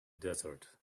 desert